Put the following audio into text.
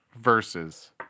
versus